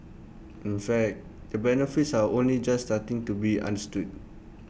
in fact the benefits are only just starting to be understood